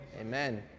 Amen